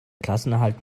klassenerhalt